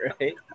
Right